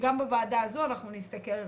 שגם בוועדה הזו אנחנו נסתכל עליהם.